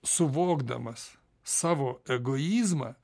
suvokdamas savo egoizmą